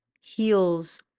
heals